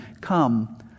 Come